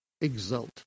exult